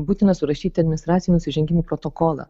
būtina surašyti administracinių nusižengimų protokolą